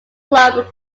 club